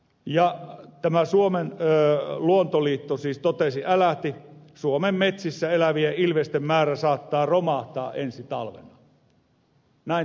ja tämä suomen luonnonsuojeluliitto siis älähti että suomen metsissä elävien ilvesten määrä saattaa romahtaa ensi talvena näin todettiin